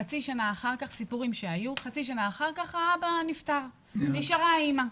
וחצי שנה אחר כך האבא נפטר ונשארה האימא.